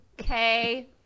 Okay